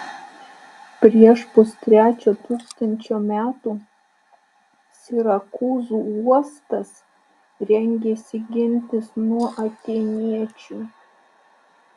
prieš pustrečio tūkstančio metų sirakūzų uostas rengėsi gintis nuo atėniečių